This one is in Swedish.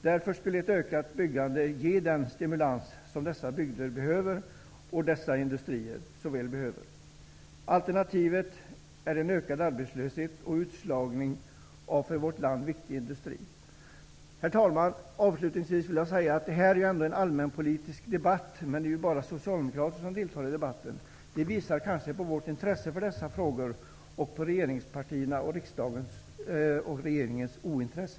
Därför skulle ett ökat byggande ge den stimulans som dessa bygder och dessa industrier så väl behöver. Alternativet är ökad arbetslöshet och utslagning av för vårt land viktig industri. Herr talman! Det här är en allmänpolitisk debatt, men det är bara socialdemokrater som deltar. Det visar kanske på vårt intresse för dessa frågor och på regeringspartiernas och regeringens ointresse.